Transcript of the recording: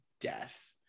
death